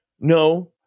No